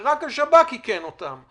ורק השב"כ איכן אותם,